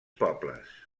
pobles